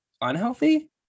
unhealthy